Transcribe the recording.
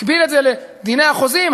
הקביל את זה לדיני החוזים,